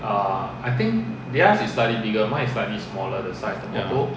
ya